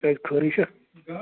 کیاز خٲرٕے چھےٚ